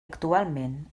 actualment